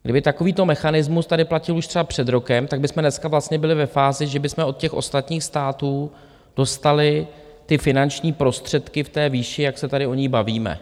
Kdyby takovýto mechanismus tady platil už třeba před rokem, tak bychom dneska vlastně byli ve fázi, že bychom od těch ostatních států dostali ty finanční prostředky v té výši, jak se tady o ní bavíme.